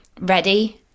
ready